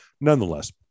nonetheless